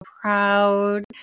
proud